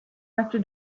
after